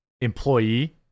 employee